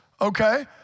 okay